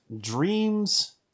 Dreams